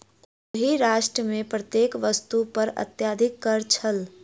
ओहि राष्ट्र मे प्रत्येक वस्तु पर अत्यधिक कर छल